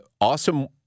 awesome